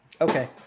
Okay